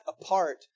apart